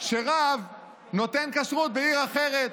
שרב נותן כשרות בעיר אחרת.